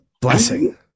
blessing